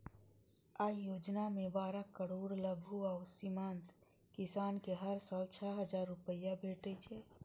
अय योजना मे बारह करोड़ लघु आ सीमांत किसान कें हर साल छह हजार रुपैया भेटै छै